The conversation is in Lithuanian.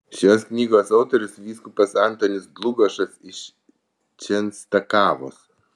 šios knygos autorius vyskupas antonis dlugošas iš čenstakavos